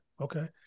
okay